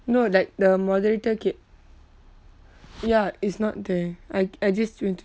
no like the moderator ga~ ya it's not there I I just went to